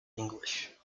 english